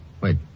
Wait